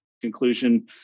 conclusion